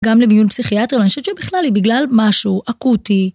גם למיון פסיכיאטרי, אבל אני חושבת שבכלל היא בגלל משהו אקוטי.